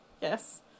yes